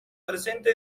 presente